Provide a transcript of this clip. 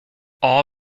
all